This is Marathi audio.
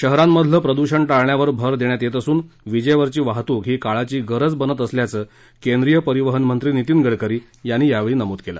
शहरांमधलं प्रदूषण टाळण्यावर भर देण्यात येत असून विजेवरची वाहतूक ही काळाची गरज बनत असल्याचं केंद्रीय परिवहन मंत्री नितीन गडकरी यांनी यावेळी नमूद केलं